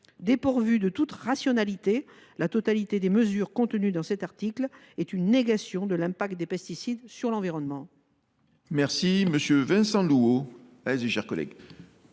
Dépourvues de toute rationalité, la totalité des mesures figurant dans cet article sont une négation de l’impact des pesticides sur l’environnement. La parole est à M. Vincent Louault,